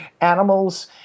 animals